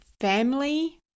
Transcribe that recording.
family